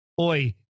Oi